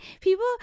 people